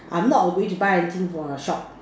I'm not going to buy anything from your shop